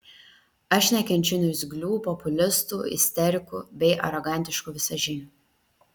aš nekenčiu niurzglių populistų isterikų bei arogantiškų visažinių